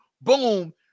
boom